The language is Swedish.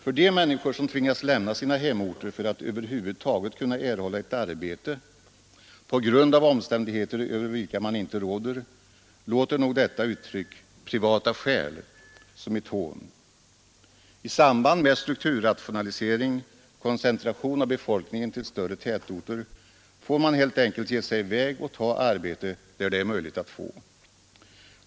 För de människor som tvingas lämna sina hemorter för att över huvud taget kunna erhålla ett arbete — på grund av omständigheter över vilka de inte råder — låter nog uttrycket ”privata skäl” som ett hån, I samband med strukturrationalisering och koncentration av befolkningen till större tätorter får man helt enkelt ge sig i väg och ta arbete där det är möjligt att få.